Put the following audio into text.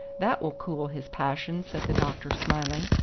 that will cool his passion, said the doctor, smiling.